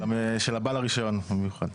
של בעל הרישיון המיוחד.